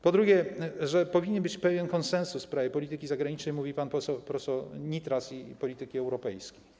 Po drugie, że powinien być pewien konsensus w sprawie polityki zagranicznej, jak mówi pan poseł Nitras, i polityki europejskiej.